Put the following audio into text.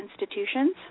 institutions